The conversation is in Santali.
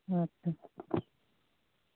ᱟᱪᱪᱷᱟ